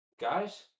guys